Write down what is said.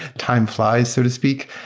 time flies so to speak.